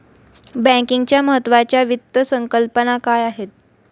बँकिंगच्या महत्त्वाच्या वित्त संकल्पना काय आहेत?